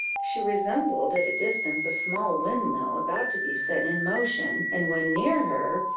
she resembled at a distance a small windmill about to be set in motion and when near her,